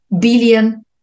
billion